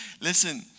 Listen